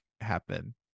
happen